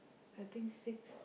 I think six